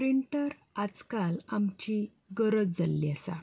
printer आयज काल आमची गरज जाल्ली आसा